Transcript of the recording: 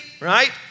right